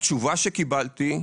התשובה שקיבלתי: